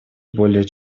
более